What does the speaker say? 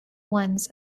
ones